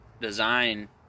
design